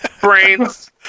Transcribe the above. Brains